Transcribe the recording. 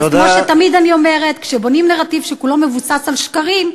אז כמו שאני תמיד אומרת: כשבונים נרטיב שכולו מבוסס על שקרים,